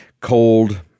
cold